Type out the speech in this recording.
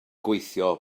gweithio